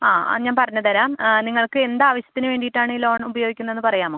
ആ ആ ഞാൻ പറഞ്ഞ് തരാം ആ നിങ്ങൾക്ക് എന്ത് ആവശ്യത്തിന് വേണ്ടിയിട്ടാണ് ലോൺ ഉപയോഗിക്കുന്നതെന്ന് പറയാമോ